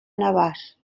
navàs